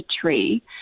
tree